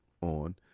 on